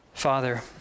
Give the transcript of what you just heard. Father